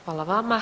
Hvala vama.